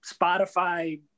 Spotify